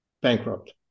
bankrupt